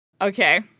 Okay